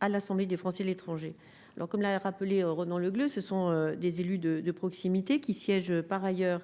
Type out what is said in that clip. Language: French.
à l'Assemblée des Français de l'étranger alors comme l'a rappelé au Ronan Le Gleut ce sont des élus de de proximité qui siège par ailleurs